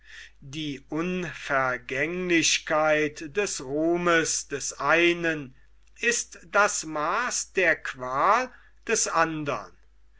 die unvergänglichkeit des ruhmes des einen ist das maaß der quaal des andern